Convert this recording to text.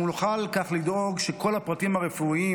כך אנחנו נוכל לדאוג שכל הפרטים הרפואיים,